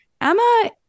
Emma